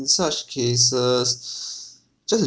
such cases just to